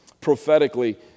prophetically